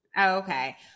Okay